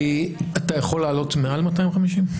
אתה יכול לעלות מעל 250?